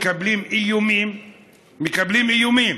ומקבלים איומים,